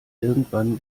irgendwann